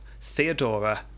Theodora